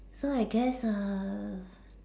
so I guess err